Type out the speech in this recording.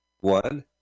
one